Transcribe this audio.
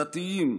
דתיים,